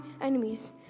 enemies